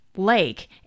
Lake